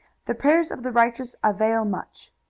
the prayers of the righteous avail much.